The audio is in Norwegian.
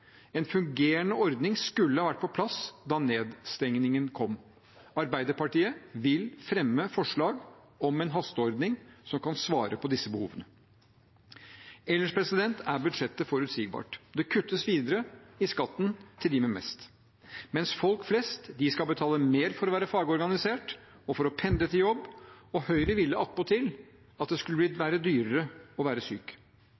En fungerende ordning skulle ha vært på plass da nedstengningen kom. Arbeiderpartiet vil fremme forslag om en hasteordning som kan svare på disse behovene. Ellers er budsjettet forutsigbart. Det kuttes videre i skatten til dem med mest, mens folk flest skal betale mer for å være fagorganisert og for å pendle til jobb, og Høyre ville attpåtil at det skulle